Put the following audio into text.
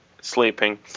sleeping